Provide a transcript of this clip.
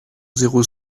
zéro